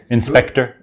Inspector